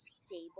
stable